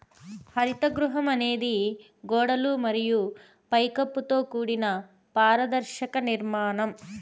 హరిత గృహం అనేది గోడలు మరియు పై కప్పుతో కూడిన పారదర్శక నిర్మాణం